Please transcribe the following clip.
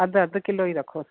अधि अधि किलो ई रखोस